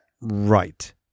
Right